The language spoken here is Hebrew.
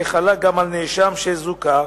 כחלה גם על נאשם שזוכה.